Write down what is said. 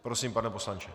Prosím, pane poslanče.